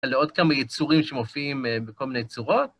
לעוד כמה יצורים שמופיעים בכל מיני צורות.